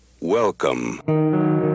Welcome